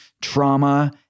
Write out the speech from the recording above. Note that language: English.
trauma